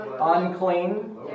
unclean